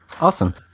Awesome